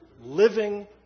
living